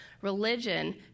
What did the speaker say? Religion